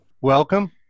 Welcome